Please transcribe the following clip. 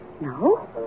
No